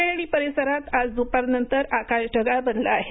पुणे आणि परिसरात आज दुपारनंतर आकाश ढगाळ बनलं आहे